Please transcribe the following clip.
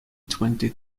twenty